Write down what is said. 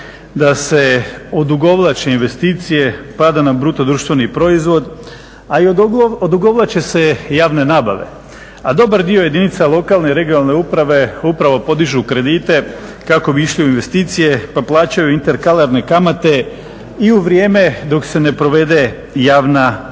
da se odugovlači investicije, pada nam bruto društveni proizvod, a i odugovlače se javne nabave, a dobar dio jedinica lokalne, regionalne uprave upravo podižu kredite kako bi išli u investicije pa plaćaju interkalarne kamate i u vrijeme dok se ne provede javna nabava.